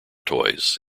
toys